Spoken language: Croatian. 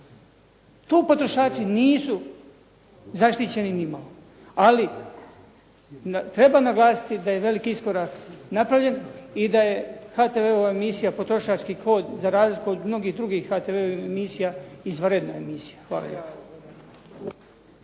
Tu potrošači nisu zaštićeni nimalo. Ali treba naglasiti da je velik iskorak napravljen i da je HTV-ova emisija "Potrošački kod" za razliku od HTV-ovih nekih drugih emisija, izvanredna emisija. Hvala lijepo.